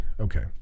okay